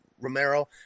Romero